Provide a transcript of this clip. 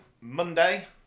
Monday